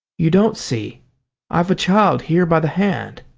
you don't see i've a child here by the hand.